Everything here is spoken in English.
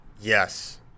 Yes